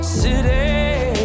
city